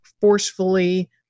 forcefully